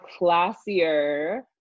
classier